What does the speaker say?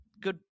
good